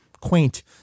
Quaint